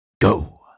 go